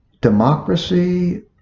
Democracy